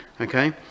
Okay